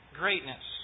greatness